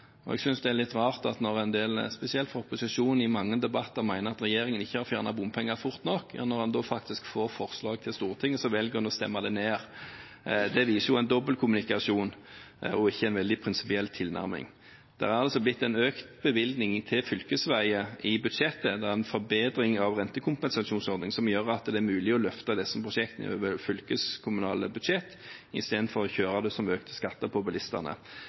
Jeg synes det er litt rart når en del, spesielt fra opposisjonen i mange debatter, mener at regjeringen ikke har fjernet bompenger fort nok, at en da, når en faktisk får forslag til Stortinget, velger å stemme det ned. Det viser en dobbeltkommunikasjon og ikke en veldig prinsipiell tilnærming. Det er en økt bevilgning til fylkesveier i budsjettet. Det er en forbedring av rentekompensasjonsordningen, som gjør at det er mulig å løfte disse prosjektene over fylkeskommunale budsjetter i stedet for å kjøre det som økte skatter for bilistene.